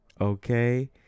okay